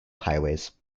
highways